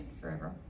forever